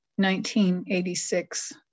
1986